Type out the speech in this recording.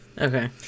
Okay